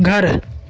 घर